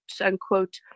unquote